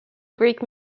greek